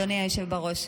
אדוני היושב בראש,